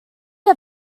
are